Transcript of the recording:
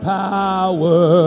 power